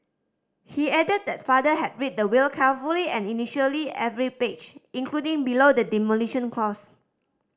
he added that father had read the will carefully and initialled every page including below the demolition clause